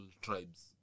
tribes